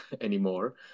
anymore